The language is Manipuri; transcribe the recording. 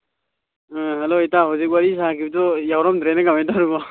ꯍꯜꯂꯣ ꯏꯇꯥꯎ ꯍꯧꯖꯤꯛ ꯋꯥꯔꯤ ꯁꯥꯒꯤꯕꯗꯣ ꯌꯥꯎꯔꯝꯗ꯭ꯔꯦꯅꯦ ꯀꯃꯥꯏꯅ ꯇꯧꯔꯤꯅꯣ